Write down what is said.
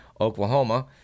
Oklahoma